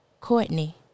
Courtney